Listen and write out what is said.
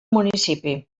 municipi